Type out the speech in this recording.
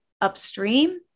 upstream